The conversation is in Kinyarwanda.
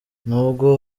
nubwo